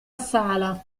sala